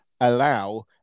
allow